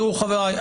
חבריי,